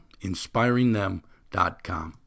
InspiringThem.com